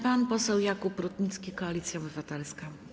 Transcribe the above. Pan poseł Jakub Rutnicki, Koalicja Obywatelska.